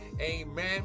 Amen